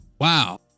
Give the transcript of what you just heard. Wow